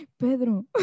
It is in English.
Pedro